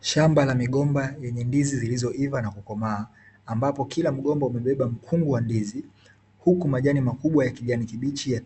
Shamba la migomba yenye ndizi zilizoiva na kukomaa ambapo kila mgomba umebeba mkunga wa ndizi, huku majani makubwa ya kijani kibichi